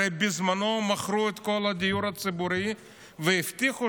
הרי בזמנו מכרו את כל הדיור הציבורי והבטיחו